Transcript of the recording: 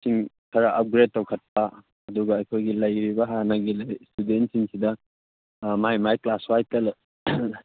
ꯁꯤꯡ ꯈꯔꯥ ꯑꯞꯒ꯭꯭ꯔꯦꯗ ꯇꯧꯈꯠꯄ ꯑꯗꯨꯒ ꯑꯩꯈꯣꯏꯒꯤ ꯂꯩꯔꯤꯕ ꯍꯥꯟꯅꯒꯤ ꯂꯩꯔꯤꯕ ꯏꯁꯇꯨꯗꯦꯟꯁꯤꯡꯁꯤꯗ ꯃꯥꯒꯤ ꯃꯥꯒꯤ ꯀ꯭ꯂꯥꯁ ꯋꯥꯏꯁꯇ